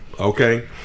Okay